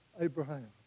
Abraham